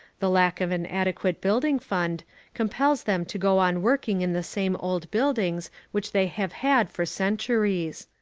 the lack of an adequate building fund compels them to go on working in the same old buildings which they have had for centuries.